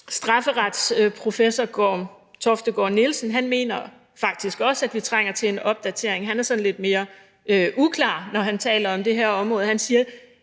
Strafferetsprofessor Gorm Toftegaard Nielsen mener faktisk også, at vi trænger til en opdatering. Han er sådan lidt mere uklar, når han taler om det her område.